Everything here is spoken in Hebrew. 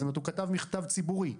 הוא כתב מכתב ציבורי.